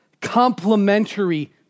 complementary